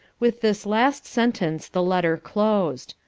with this last sentence the letter closed.